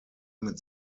mit